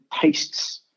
tastes